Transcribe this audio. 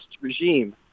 regime